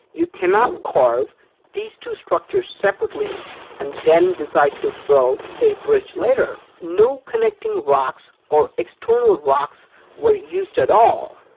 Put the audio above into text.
you cannot carve these two structures separately and then decide to build a bridge later. no connecting rocks or external rocks were used at all,